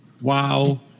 WoW